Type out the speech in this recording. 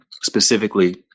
specifically